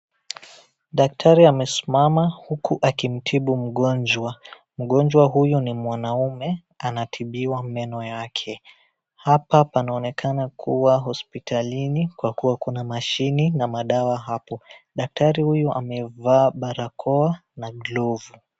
Daktari amesimama huku akimtibu mgonjwa. Mgonjwa huyu ni mwanaume, anatibiwa meno zake . Hapa panaonekana kuwa hospitalini kwa kuwa kuna mashini na madawa hapo. Daktari huyu amevaa barakoa na glovu.